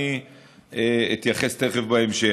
אני אתייחס תכף בהמשך,